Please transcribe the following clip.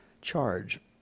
charge